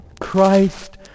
Christ